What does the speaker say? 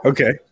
Okay